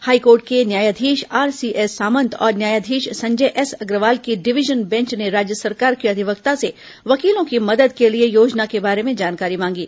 high court के न्यायाधीश RCS Samant और न्यायाधीश संजय एस अग्रवाल की डिवीजन बेंच ने राज्य सरकार के अधिवक्ता से वकीलों की मदद के लिए योजना के बारे में जानकारी मांगी